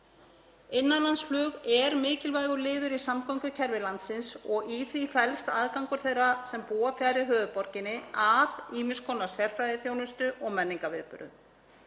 Innanlandsflug er mikilvægur liður í samgöngukerfi landsins og í því felst aðgangur þeirra sem búa fjarri höfuðborginni að ýmiss konar sérfræðiþjónustu og menningarviðburðum.